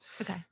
Okay